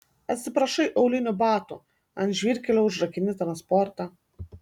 atsiprašai aulinių batų ant žvyrkelio užrakini transportą